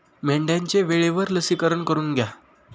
मेंढ्यांचे वेळेवर लसीकरण करून घ्या